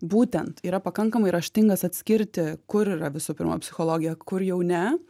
būtent yra pakankamai raštingas atskirti kur yra visų pirma psichologija kur jau ne